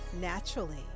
naturally